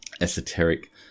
esoteric